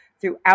throughout